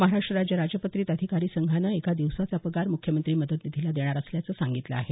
महाराष्ट्र राज्य राजपत्रित अधिकारी संघानं एका दिवसाचा पगार मुख्यमंत्री मदत निधीला देणार असल्याचं सांगितलं आहे